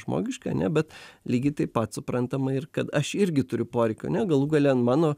žmogiška ne bet lygiai taip pat suprantama ir kad aš irgi turiu poreikių ne galų gale an mano